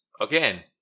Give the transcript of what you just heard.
again